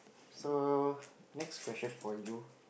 so next question for you